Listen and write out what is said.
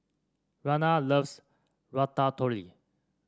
Rayna loves Ratatouille